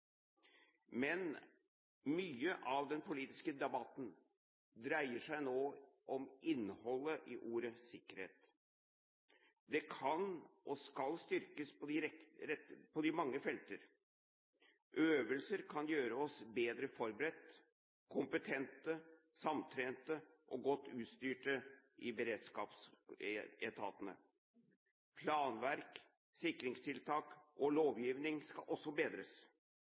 Mye av den politiske debatten dreier seg nå om innholdet i ordet «sikkerhet». Det kan og skal styrkes på mange felter. Øvelser kan gjøre oss bedre forberedt, med kompetente, samtrente og godt utstyrte beredskapsetater. Planverk, sikringstiltak og lovgivning skal også bedres.